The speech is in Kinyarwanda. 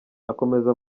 akomeza